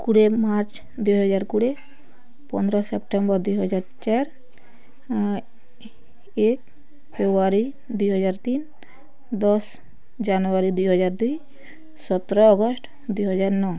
କୁଡ଼ିଏ ମାର୍ଚ୍ଚ ଦୁଇ ହଜାର କୁଡ଼ିଏ ପନ୍ଦର ସେପ୍ଟେମ୍ବର ଦୁଇ ହଜାର ଚାର ଏକ ଫେବୃୟାରୀ ଦୁଇ ହଜାର ତିନ ଦଶ ଜାନୁଆରୀ ଦୁଇ ହଜାର ଦୁଇ ସତର ଅଗଷ୍ଟ ଦୁଇ ହଜାର ନଅ